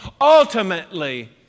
ultimately